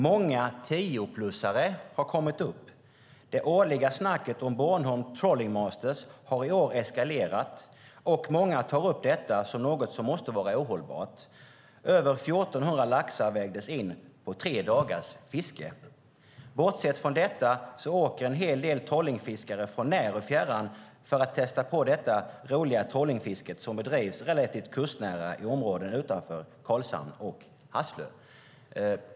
Många 10+are har kommit upp. Det årliga snacket om Bornholm Trolling Masters har i år eskalerat och många tar upp detta som något som måste vara ohållbart. Över 1 400 laxar vägdes in på tre dagars fiske. Bortsett från detta så åker en hel del trollingfiskare från när och fjärran för att testa på det roliga trollingfisket som bedrivs relativt kustnära i områden utanför Karlshamn och Hasslö."